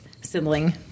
sibling